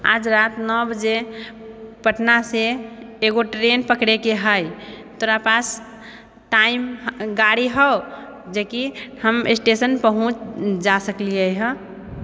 आज रात नौ बजे पटनासे एकगो ट्रेन पकड़ेके हइ तोरा पास टाइम गाड़ी हउ जेकि हम स्टेशन पहुँच जा सकलिए हइ